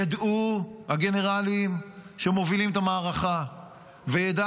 ידעו הגנרלים שמובילים את המערכה וידע